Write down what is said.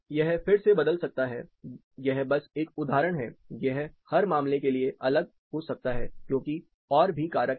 यह फिर से बदल सकता है यह बस एक उदाहरण है यह हर मामले के लिए अलग हो सकता है क्योंकि और भी कारक है